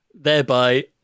thereby